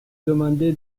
demandé